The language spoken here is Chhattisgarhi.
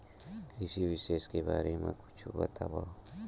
कृषि विशेषज्ञ के बारे मा कुछु बतावव?